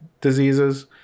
diseases